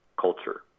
culture